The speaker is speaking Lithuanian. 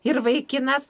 ir vaikinas